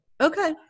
Okay